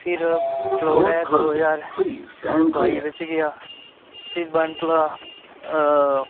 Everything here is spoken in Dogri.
फिर पलोड़ै ऐ दो ज्हार बाई बिच्च गेआ फिर बनतलाऽ